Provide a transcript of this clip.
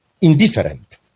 indifferent